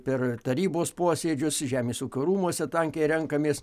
per tarybos posėdžius žemės ūkio rūmuose tankiai renkamės